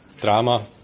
drama